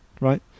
right